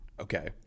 Okay